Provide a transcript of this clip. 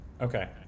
Okay